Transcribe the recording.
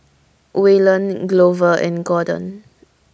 Waylon Glover and Gordon